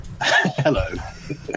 Hello